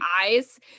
eyes